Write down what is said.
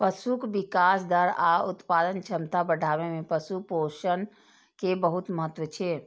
पशुक विकास दर आ उत्पादक क्षमता बढ़ाबै मे पशु पोषण के बहुत महत्व छै